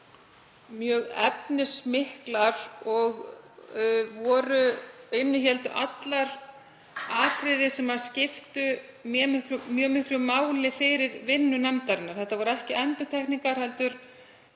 mjög efnismiklar og þær innihéldu allar atriði sem skiptu mjög miklu máli fyrir vinnu nefndarinnar. Þetta voru ekki endurtekningar heldur